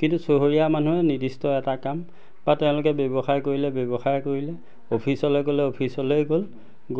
কিন্তু চহৰীয়া মানুহে নিৰ্দিষ্ট এটা কাম বা তেওঁলোকে ব্যৱসায় কৰিলে ব্যৱসায় কৰিলে অফিচলে গ'লে অফিচলে গ'ল